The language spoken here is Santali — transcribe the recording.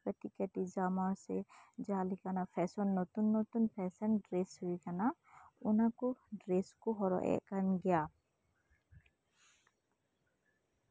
ᱠᱟ ᱴᱤᱡᱼᱠᱟ ᱴᱤᱡ ᱡᱟᱢᱟ ᱥᱮ ᱟᱨᱦᱚᱸ ᱡᱟᱦᱟᱱᱟᱜ ᱯᱷᱮᱥᱚᱱ ᱦᱚᱸ ᱱᱚᱛᱩᱱᱼᱱᱚᱛᱩᱱ ᱯᱷᱮᱥᱚᱱ ᱰᱨᱮᱥ ᱦᱩᱭ ᱠᱟᱱᱟ ᱚᱱᱟ ᱠᱚ ᱰᱨᱮᱥ ᱠᱚ ᱦᱚᱨᱚᱜ ᱮᱫ ᱠᱟᱱ ᱜᱮᱭᱟ